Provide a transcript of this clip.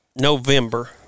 November